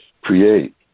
create